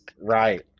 right